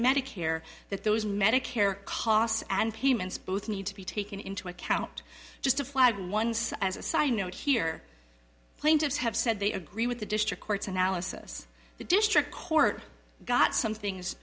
medicare that those medicare costs and payments both need to be taken into account just a flat one so as a side note here plaintiffs have said they agree with the district court's analysis the district court got some things